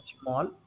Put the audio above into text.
small